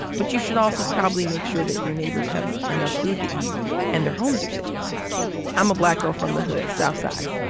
but you should also probably make sure that your neighbors have enough food to eat and their homes are safe i'm a black girl from the hood south side.